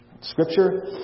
Scripture